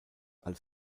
als